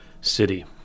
city